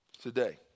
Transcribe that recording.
today